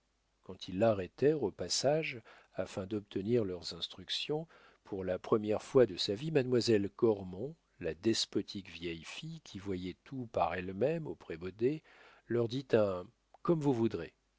quand ils l'arrêtèrent au passage afin d'obtenir leurs instructions pour la première fois de sa vie mademoiselle cormon la despotique vieille fille qui voyait tout par elle-même au prébaudet leur dit un comme vous voudrez